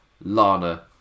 Lana